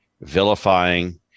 vilifying